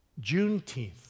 Juneteenth